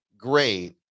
great